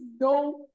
no